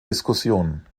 diskussionen